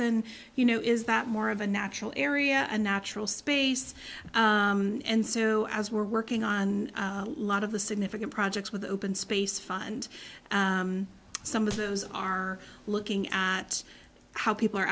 and you know is that more of a natural area and natural space and so as we're working on a lot of the significant projects with the open space fund some of those are looking at how people are